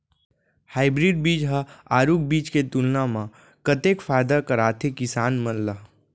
Hybrid बीज हा आरूग बीज के तुलना मा कतेक फायदा कराथे किसान मन ला?